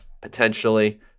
Potentially